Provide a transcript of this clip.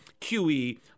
QE